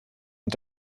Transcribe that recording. und